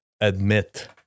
admit